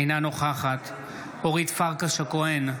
אינה נוכחת אורית פרקש הכהן,